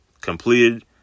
completed